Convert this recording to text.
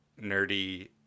nerdy